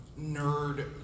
nerd